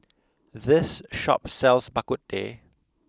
this shop sells bak kut teh